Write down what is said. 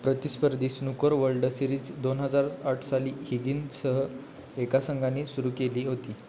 प्रतिस्पर्धी snooker world series दोन हजार आठ साली हिगीन्ससह एका संघाने सुरू केली होती